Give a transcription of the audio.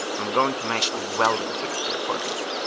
i'm going to make a welded fixture for this.